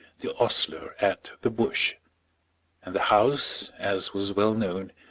the ostler at the bush and the house, as was well known,